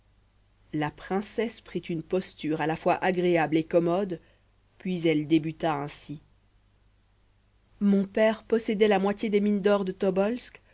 la princesse prit une posture à la fois agréable et commode puis elle débuta ainsi mon père possédait la moitié des mines d'or de